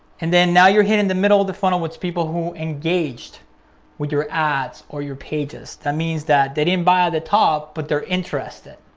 and then now you're hitting the middle of the funnel, what's people who engaged with your ads or your pages, that means that they didn't buy at ah the top, but they're interested